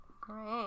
Great